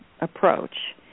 approach